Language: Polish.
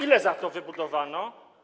Ile za to wybudowano?